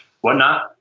whatnot